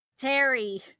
Terry